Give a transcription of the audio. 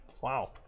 Wow